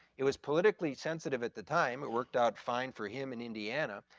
it was politically sensitive at the time, it worked out fine for him in indiana,